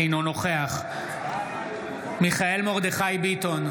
אינו נוכח מיכאל מרדכי ביטון,